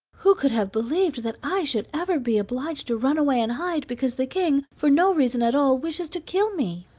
who could have believed that i should ever be obliged to run away and hide because the king, for no reason at all, wishes to kill me?